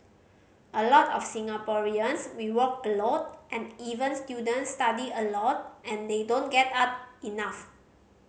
a lot of Singaporeans we work a lot and even students study a lot and they don't get up enough